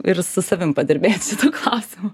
ir su savim padirbėt šitu klausimu